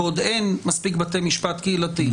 כי עוד אין מספיק בתי משפט קהילתיים,